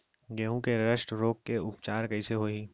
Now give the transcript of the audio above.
गेहूँ के रस्ट रोग के उपचार कइसे होही?